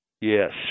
Yes